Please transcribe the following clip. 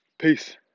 peace